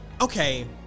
okay